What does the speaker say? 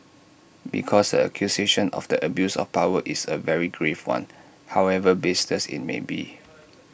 because the accusation of the abuse of power is A very grave one however baseless IT may be